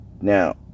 Now